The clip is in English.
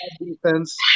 defense